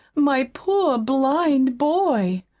my poor blind boy!